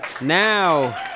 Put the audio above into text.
Now